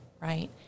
right